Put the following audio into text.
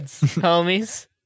homies